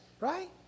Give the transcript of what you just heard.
Right